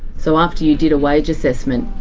so after you did a wage assessment,